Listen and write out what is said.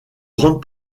grande